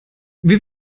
wir